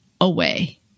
away